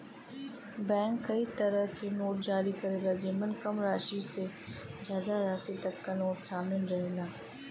bank कई तरे क नोट जारी करला जेमन कम राशि से जादा राशि तक क नोट शामिल रहला